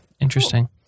Interesting